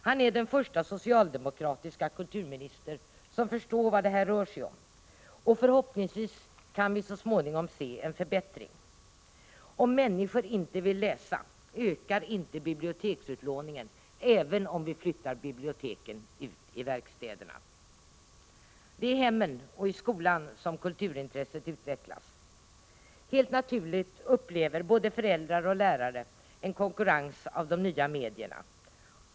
Han är den förste socialdemokratiske kulturminister som förstår vad det här rör sig om, och förhoppningsvis kan vi så småningom se en förbättring. Om människor inte vill läsa ökar inte biblioteksutlåningen, även om vi flyttar biblioteken ut i verkstäderna. Det är i hemmen och i skolan som kulturintresset utvecklas. Helt naturligt upplever både föräldrar och lärare en konkurrens av de nya medierna.